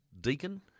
Deacon